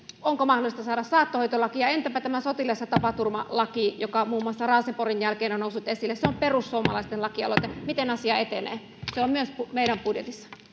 onko mahdollista saada saattohoitolakia entäpä tämä sotilas ja tapaturmalaki joka muun muassa raaseporin jälkeen on noussut esille se on perussuomalaisten lakialoite miten asia etenee se on myös meidän budjetissamme